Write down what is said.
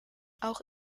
auch